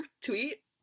tweet